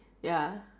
ya